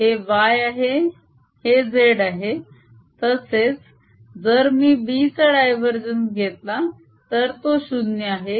हे y आहे हे z आहे तसेच जर मी B चा डायवरजेन्स घेतला तर तो 0 आहे